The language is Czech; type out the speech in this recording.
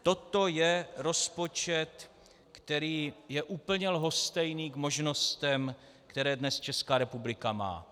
Toto je rozpočet, který je úplně lhostejný k možnostem, které dnes Česká republika má.